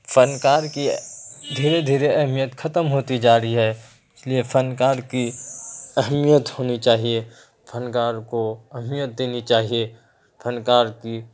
فن کار کی دھیرے دھیرے اہمیت ختم ہوتی جا رہی ہے اس لیے فن کار کی اہمیت ہونی چاہیے فن کار کو اہمیت دینی چاہیے فن کار کی